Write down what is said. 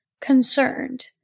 concerned